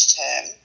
term